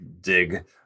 dig